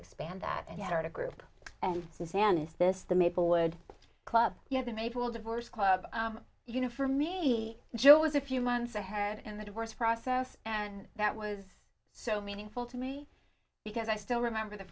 expand that and had a group and suzanne is this the maplewood club you know the maple diverse club you know for me joe was a few months ahead and the divorce process and that was so meaningful to me because i still remember the